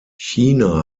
china